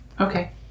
Okay